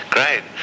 Great